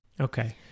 Okay